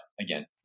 again